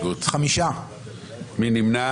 מי נמנע?